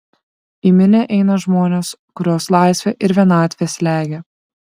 į minią eina žmonės kuriuos laisvė ir vienatvė slegia